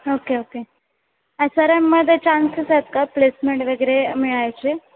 okay okay मध्ये chances आहेत का प्लेसमेंट वगैरे मिळायचे